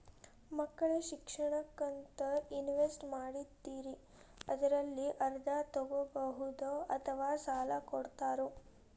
ಮಕ್ಕಳ ಶಿಕ್ಷಣಕ್ಕಂತ ಇನ್ವೆಸ್ಟ್ ಮಾಡಿದ್ದಿರಿ ಅದರಲ್ಲಿ ಅರ್ಧ ತೊಗೋಬಹುದೊ ಅಥವಾ ಸಾಲ ಕೊಡ್ತೇರೊ?